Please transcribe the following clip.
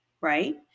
right